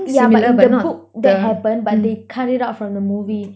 yeah but in the book that happened but they cut it out from the movie